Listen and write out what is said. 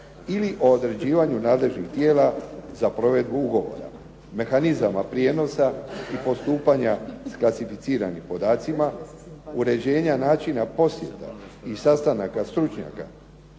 ili o određivanju nadležnih tijela za provedbu ugovora, mehanizama prijenosa i postupanja s klasificiranim podacima, uređenja načina posjeta i sastanaka stručnjaka